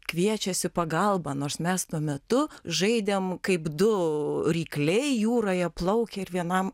kviečiasi pagalbą nors mes tuo metu žaidėm kaip du rykliai jūroje plaukia ir vienam